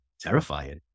terrifying